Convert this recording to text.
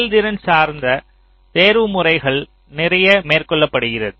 செயல்திறன் சார்ந்த தேர்வுமுறைகள் நிறைய மேற்கொள்ளப்படுகிறது